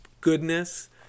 goodness